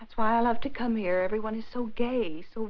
that's why i love to come here everyone is so gay so